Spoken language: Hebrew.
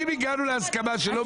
אם הגענו להסכמה שלא מעלים,